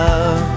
Love